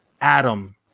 Adam